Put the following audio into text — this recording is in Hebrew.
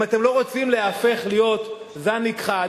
אם אתם לא רוצים ליהפך לזן נכחד